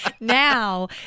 now